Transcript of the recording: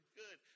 good